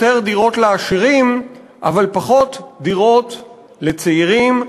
דירות לעשירים אבל פחות דירות לצעירים,